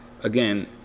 again